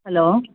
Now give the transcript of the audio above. hello